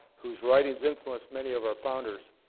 whose writings influenced many of our founders.